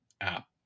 app